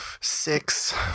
Six